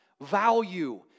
value